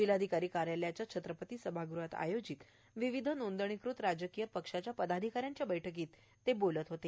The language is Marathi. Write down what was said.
जिल्हाधिकारी कार्यालयाच्या छत्रपती सभागृहात आयोजित विविध नोंदणीकृत राजकीय पक्षाच्या पदाधिका यांच्या बैठकीत ते बोलत होते